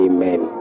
Amen